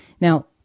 Now